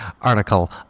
article